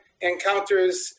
encounters